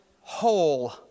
whole